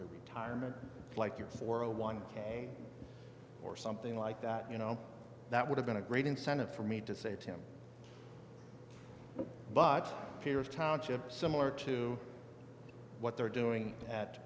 your retirement like your four hundred one k or something like that you know that would have been a great incentive for me to say to him but here's township similar to what they're doing at